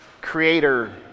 Creator